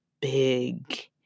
big